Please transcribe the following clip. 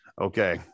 okay